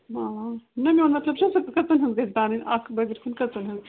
نَہ میون مطلب چھُ کٔژن ہِنٛد گَژھِ بنٕنۍ اکھ بٲگِر خٲنۍ کٔژن ہِنٛزۍ گَژھِ بنٕنۍ اکھ بٲگِر خٲنۍ کٔژن ہِنٛزۍ